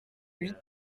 huit